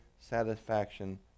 satisfaction